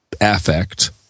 affect